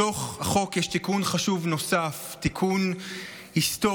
בתוך החוק יש תיקון חשוב נוסף, תיקון היסטורי.